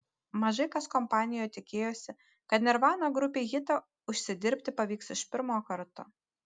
mažai kas kompanijoje tikėjosi kad nirvana grupei hitą užsidirbti pavyks iš pirmo karto